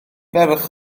ferch